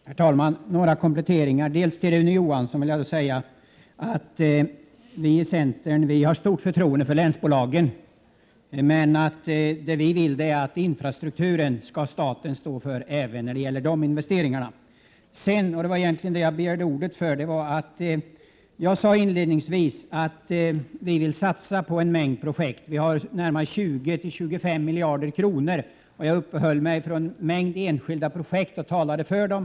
Herr talman! Några kompletteringar. Till Rune Johansson vill jag säga att vi i centern har stort förtroende för länsbolagen, men det vi vill är att staten skall stå för infrastrukturen även när det gäller dessa investeringar. Egentligen begärde jag ordet för en annan sak. Inledningsvis sade jag att vi vill satsa mellan 20 och 25 miljarder kronor på en mängd projekt. Jag uppehöll mig vid ett flertal enskilda projekt och talade för dem.